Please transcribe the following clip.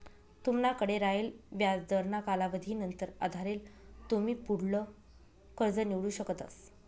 तुमनाकडे रायेल व्याजदरना कालावधीवर आधारेल तुमी पुढलं कर्ज निवडू शकतस